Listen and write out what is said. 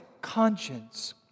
conscience